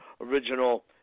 original